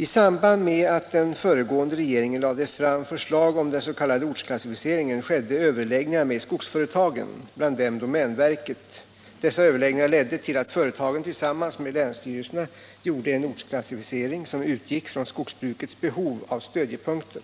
I samband med att den föregående regeringen lade fram förslag om den s.k. ortsklassificeringen förekom överläggningar med skogsföretagen, bland dem domänverket. Dessa överläggningar ledde till att företagen tillsammans med länsstyrelserna gjorde en ortsklassificering som utgick från skogsbrukets behov av stödjepunkter.